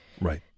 Right